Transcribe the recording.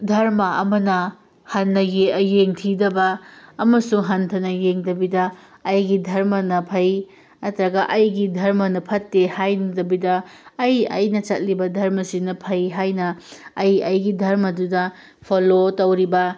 ꯙꯔꯃ ꯑꯃꯅ ꯍꯟꯅ ꯌꯦꯡꯊꯤꯗꯕ ꯑꯃꯁꯨꯡ ꯍꯟꯊꯅ ꯌꯦꯡꯗꯕꯤꯗ ꯑꯩꯒꯤ ꯙꯔꯃꯅ ꯐꯩ ꯅꯠꯇꯔꯒ ꯑꯩꯒꯤ ꯙꯔꯃꯅ ꯐꯠꯇꯦ ꯍꯥꯏꯕꯅꯗꯕꯤꯗ ꯑꯩ ꯑꯩꯅ ꯆꯠꯂꯤꯕ ꯙꯔꯃꯁꯤꯅ ꯐꯩ ꯍꯥꯏꯅ ꯑꯩ ꯑꯩꯒꯤ ꯙꯔꯃꯗꯨꯗ ꯄꯣꯂꯣ ꯇꯧꯔꯤꯕ